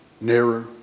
nearer